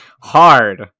Hard